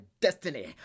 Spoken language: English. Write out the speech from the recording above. destiny